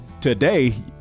Today